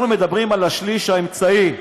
אנחנו מדברים על השליש האמצעי,